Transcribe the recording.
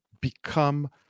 become